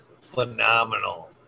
phenomenal